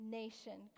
nation